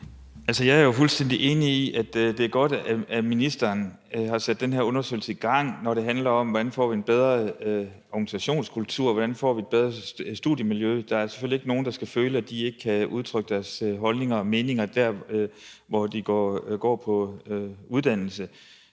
jeg er jo fuldstændig enig i, at det er godt, at ministeren har sat den her undersøgelse i gang, når det handler om, hvordan vi får en bedre organisationskultur, og hvordan vi får et bedre studiemiljø. Der er selvfølgelig ikke nogen, der skal føle, at de ikke kan udtrykke deres holdninger og meninger der, hvor de går på uddannelse.